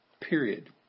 period